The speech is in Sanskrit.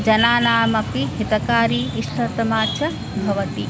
जनानामपि हितकरी इष्टतमा च भवति